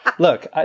Look